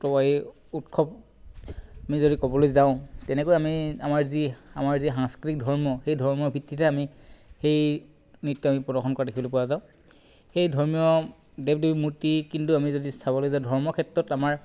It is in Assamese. উৎসৱ আমি যদি ক'বলৈ যাওঁ তেনেকৈ আমি আমাৰ যি আমাৰ যি সাংস্কৃতিক ধৰ্ম সেই ধৰ্মৰ ভিত্তিতে আমি সেই নৃত্য আমি প্ৰদৰ্শন কৰা দেখিবলৈ পোৱা যাওঁ সেই ধৰ্মীয় দেৱ দেৱীৰ মূৰ্তিক কিন্তু আমি যদি চাবলৈ যাওঁ ধৰ্মৰ ক্ষেত্ৰত আমাৰ